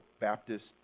Baptist